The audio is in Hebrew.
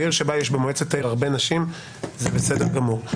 בעיר שבה יש במועצת העיר הרבה נשים זה בסדר גמור,